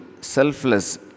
selfless